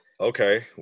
Okay